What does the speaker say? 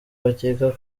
bakeka